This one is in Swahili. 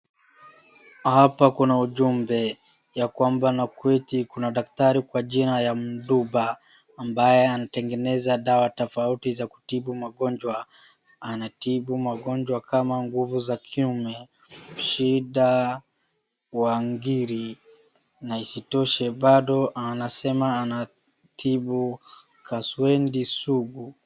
Hapa kuna ujumbe ya kwamba Nakweti, kuna daktari kwa jina ya Mduba, ambaye anatengeneza dawa tofauti za kutibu magonjwa. Anatibu magonjwa kama nguvu za kiume, shida wa ngiri na isitoshe bado anasema anatibu kaswende sugu.